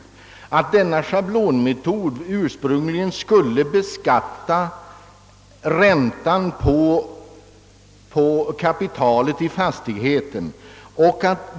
Avsikten med denna schablonmetod var ursprungligen att beskatta räntan på kapitalet i fastigheten.